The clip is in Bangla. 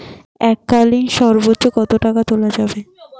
এককালীন সর্বোচ্চ কত টাকা তোলা যাবে?